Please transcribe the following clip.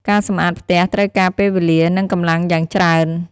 ការសម្អាតផ្ទះត្រូវការពេលវេលា និងកម្លំាងយ៉ាងច្រើន។